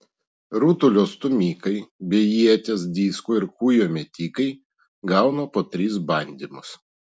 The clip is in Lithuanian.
rutulio stūmikai bei ieties disko ir kūjo metikai gauna po tris bandymus